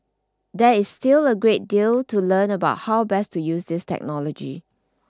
they still a great deal to learn about how best to use this technology